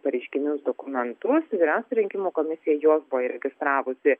pareiškinius dokumentus yra rinkimų komisija juos buvo įregistravusi